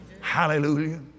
Hallelujah